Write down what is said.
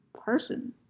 person